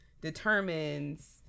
determines